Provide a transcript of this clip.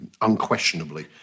unquestionably